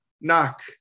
knock